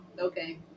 okay